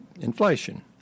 inflation